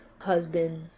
husband